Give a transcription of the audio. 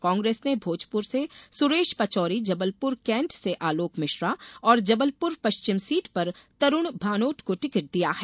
कांग्रेस ने भोजपुर से सुरेश पचौरी जबलपुर कैंट से आलोक मिश्रा और जबलपुर पश्चिम सीट पर तरूण भानोट को टिकट दिया है